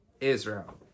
Israel